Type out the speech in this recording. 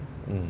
mm